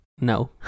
No